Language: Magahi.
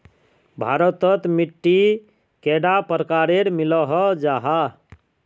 भारत तोत मिट्टी कैडा प्रकारेर मिलोहो जाहा?